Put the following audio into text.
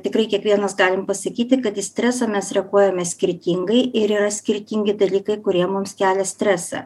tikrai kiekvienas galim pasakyti kad į stresą mes reaguojame skirtingai ir yra skirtingi dalykai kurie mums kelia stresą